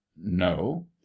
no